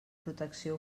protecció